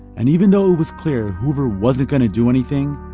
and even though it was clear hoover wasn't going to do anything.